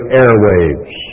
airwaves